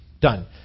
done